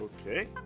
Okay